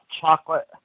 Chocolate